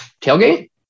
tailgate